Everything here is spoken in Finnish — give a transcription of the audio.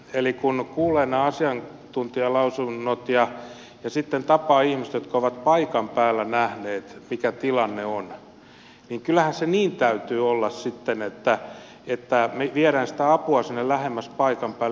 eli kun kuulee nämä asiantuntijalausunnot ja sitten tapaa ihmisiä jotka ovat paikan päällä nähneet mikä tilanne on niin kyllähän sen niin täytyy olla sitten että me viemme sitä apua sinne lähemmäs paikan päälle